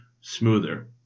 smoother